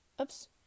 oops